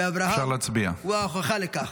ואברהם הוא ההוכחה לכך.